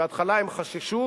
בהתחלה הם חששו,